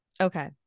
Okay